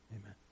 amen